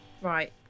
Right